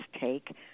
take